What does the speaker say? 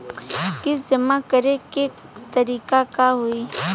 किस्त जमा करे के तारीख का होई?